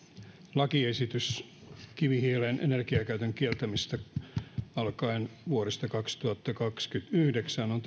lakiesitys kivihiilen energiakäytön kieltämisestä alkaen vuodesta kaksituhattakaksikymmentäyhdeksän on